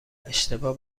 اشتباه